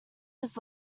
his